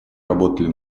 работали